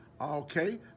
Okay